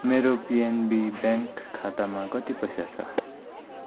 मेरो PNB bank खातामा कति पैसा छ